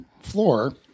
floor